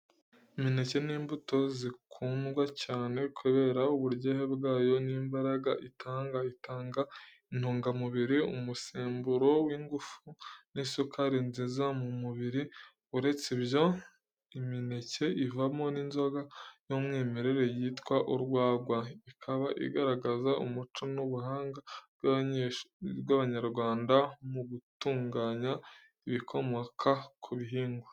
Imineke ni imbuto zikundwa cyane, kubera uburyohe bwayo n’imbaraga itanga. Itanga intungamubiri, umusemburo w’ingufu n’isukari nziza mu mubiri. Uretse ibyo, imineke ivamo n’inzoga y’umwimerere yitwa urwagwa, ikaba igaragaza umuco n’ubuhanga bw’Abanyarwanda mu gutunganya ibikomoka ku bihingwa.